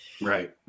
right